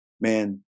man